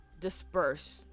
disperse